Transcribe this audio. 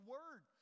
Word